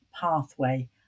pathway